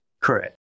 Correct